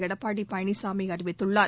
எடப்பாடி பழனிசாமி அறிவித்துள்ளார்